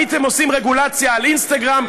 הייתם עושים רגולציה על אינסטגרם.